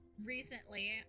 Recently